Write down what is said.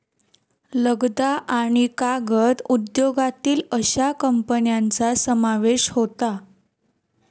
लगदा आणि कागद उद्योगातील अश्या कंपन्यांचा समावेश होता